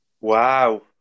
Wow